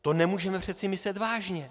To nemůžeme přece myslet vážně.